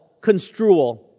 construal